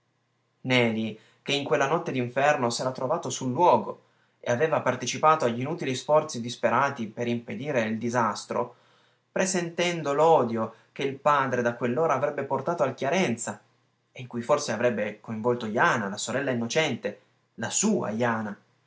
neli che in quella notte d'inferno s'era trovato sul luogo e aveva partecipato a gl'inutili sforzi disperati per impedire il disastro presentendo l'odio che il padre da quell'ora avrebbe portato al chiarenza e in cui forse avrebbe coinvolto jana la sorella innocente la sua jana